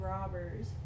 robbers